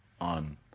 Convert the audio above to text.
on